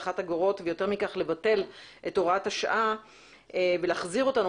אגורות ויותר מכך לבטל את הוראת השעה ולהחזיר אותנו